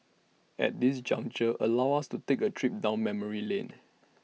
at this juncture allow us to take A trip down memory lane